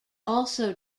also